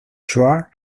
choir